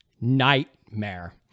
Nightmare